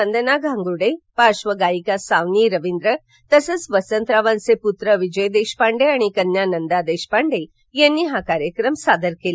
वंदना घांगुर्डे पार्श्वगायिका सावनी रवींद्र तसंच वसंतरावांचे पुत्र विजय देशपांडे आणि कन्या नंदा देशपांडे यांनी हा कार्यक्रम सादर केला